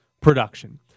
production